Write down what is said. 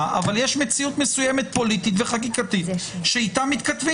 אבל יש מציאות מסוימת פוליטית וחקיקתית שאיתה מתכתבים.